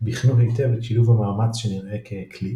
בחנו היטב את שילוב המאמץ שנראה כקליק,